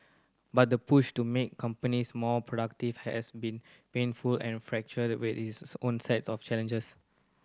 but the push to make companies more productive has been painful and with its own set of challenges